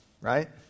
right